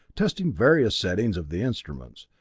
testing various settings of the instruments.